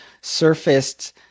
surfaced